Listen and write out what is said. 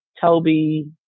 Toby